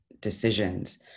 decisions